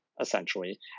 essentially